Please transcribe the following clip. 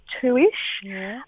two-ish